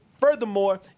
furthermore